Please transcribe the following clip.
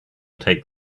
take